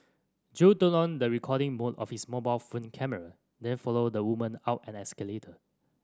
Jo turned on the recording mode of his mobile phone camera then followed the woman out an escalator